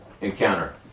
encounter